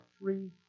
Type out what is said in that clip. free